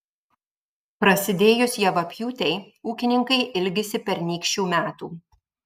prasidėjus javapjūtei ūkininkai ilgisi pernykščių metų